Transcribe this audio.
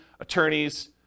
attorneys